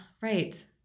right